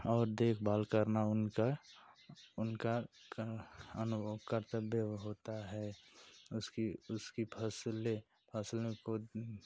और देखभाल करना उनका उनका करना अनुभव कर्तव्य होता है उसकी उसकी फसलें फसल को